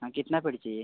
हाँ कितना पेड़ चाहिए